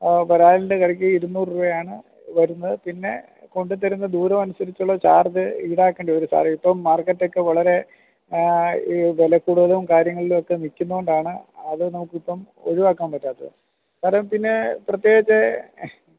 ഓ വരാളിൻ്റെ കറിക്ക് ഇരുന്നൂറ് രൂപയാണ് വരുന്നത് പിന്നെ കൊണ്ട് തരുന്ന ദൂരവും അനുസരിച്ചുള്ള ചാർജ്ജ് ഈടാക്കേണ്ടി വരും സാറെ ഇപ്പോൾ മാർക്കറ്റൊക്കെ വളരെ ഈ വില കൂടുതലും കാര്യങ്ങളിലും ഒക്കെ നിൽക്കുന്നത് കൊണ്ടാണ് അത് നമുക്കിപ്പം ഒഴിവാക്കാൻ പറ്റാത്തത് സാറെ പിന്നെ പ്രത്യേകിച്ച്